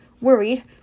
worried